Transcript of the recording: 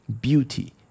beauty